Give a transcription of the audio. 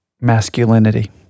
masculinity